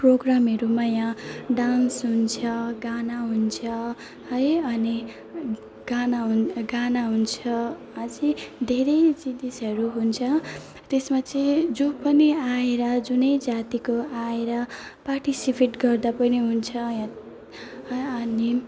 प्रोग्रामहरूमा यहाँ डान्स हुन्छ गाना हुन्छ है अनि गाना हुन् गाना हुन्छ अझै धेरै जिनिसहरू हुन्छ त्यसमा चाहिँ जो पनि आएर जुनै जातिको आएर पार्टिसिपेट गर्दा पनि हुन्छ यहाँ अनि